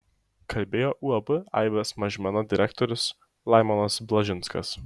kalbėjo uab aibės mažmena direktorius laimonas blažinskas